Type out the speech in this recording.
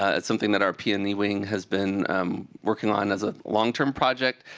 ah it's something that our p and e wing has been working on as a long-term project.